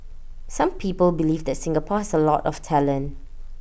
some people believe that Singapore has A lot of talent